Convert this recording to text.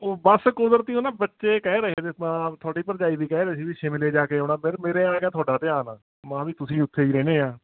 ਉਹ ਬਸ ਕੁਦਰਤੀ ਉਹ ਨਾ ਬੱਚੇ ਕਹਿ ਰਹੇ ਤੇ ਤੁਹਾਡੀ ਭਰਜਾਈ ਵੀ ਕਹਿ ਰਹੇ ਸੀ ਵੀ ਸ਼ਿਮਲੇ ਜਾ ਕੇ ਆਉਣਾ ਫਿਰ ਮੇਰੇ ਆ ਗਿਆ ਤੁਹਾਡਾ ਧਿਆਨ ਆ ਮਹਾਂ ਵੀ ਤੁਸੀਂ ਉੱਥੇ ਹੀ ਰਹਿੰਦੇ ਹਾਂ